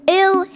ill